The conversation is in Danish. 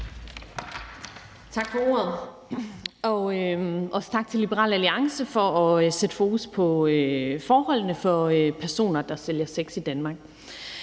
Tak for ordet, og også tak til Liberal Alliance for at sætte fokus på forholdene for personer, der sælger sex i Danmark.